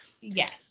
Yes